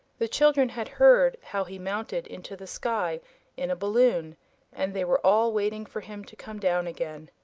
the children had heard how he mounted into the sky in a balloon and they were all waiting for him to come down again.